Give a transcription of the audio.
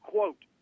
Quote